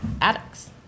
addicts